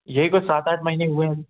यही कोई सात आठ महीने हुए हैं अभी